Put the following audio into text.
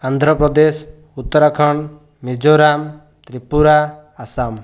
Andhra Pradesh Uttarakhand Mizoram Tripura Assam